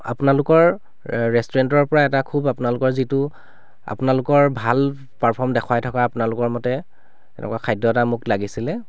অঁ আপোনালোকৰ ৰেষ্টুৰেণ্টৰ পৰা এটা খুব আপোনালোকৰ যিটো আপোনালোকৰ ভাল পাৰ্ফম দেখুৱাই থকা আপোনালোকৰ মতে এনেকুৱা খাদ্য এটা মোক লাগিছিলে